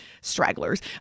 Stragglers